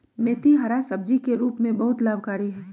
मेथी हरा सब्जी के रूप में बहुत लाभकारी हई